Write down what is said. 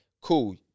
Cool